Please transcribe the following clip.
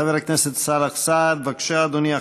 חבר הכנסת סאלח סעד, בבקשה, אדוני.